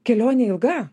kelionė ilga